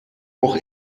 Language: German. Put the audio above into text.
auch